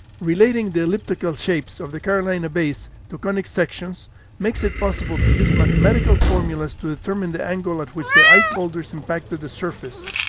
relating the elliptical shapes of the carolina bays to conic sections makes it possible to use mathematical formulas to determine the angle at which the ice boulders impacted the surface.